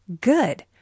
good